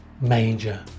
major